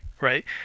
right